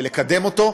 ולקדם אותו.